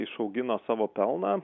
išaugino savo pelną